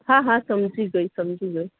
હા હા સમજી ગઈ સમજી ગઈ